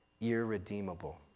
irredeemable